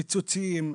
פיצוצים,